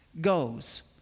goes